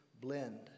blend